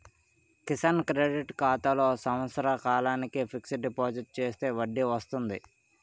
Kisan credit ఖాతాలో సంవత్సర కాలానికి ఫిక్స్ డిపాజిట్ చేస్తే వడ్డీ వస్తుంది